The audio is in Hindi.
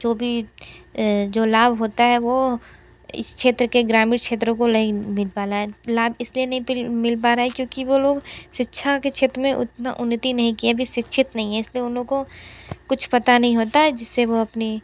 जो भी जो लाभ होता है वो इस क्षेत्र के ग्रामीण क्षेत्रों को नहीं मिल पाला है लाभ इसलिए भी नहीं पिल मिल पारा है क्युकी वो लोग शिक्षा के क्षेत्र में उतना उन्नति नहीं किए है अभी शिक्षित नहीं है इसलिए उन लोगों को कुछ पता नहीं होता है जिससे वो अपनी